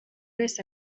wese